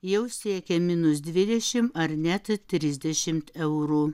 jau siekia minus dvidešim ar net trisdešimt eurų